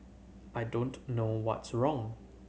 I don't know what's wrong